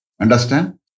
Understand